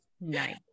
Nice